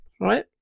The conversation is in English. right